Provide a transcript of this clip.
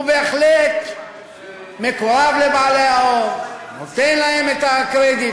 הוא בהחלט מקורב לבעלי ההון, נותן להם את הקרדיט.